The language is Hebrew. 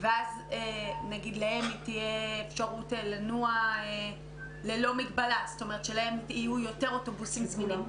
ואז להן תהיה אפשרות לנוע ללא מגבלה ולהם יהיו יותר אוטובוסים זמינים?